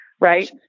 right